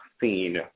seen